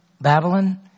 Babylon